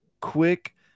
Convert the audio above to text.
quick